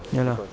ya lah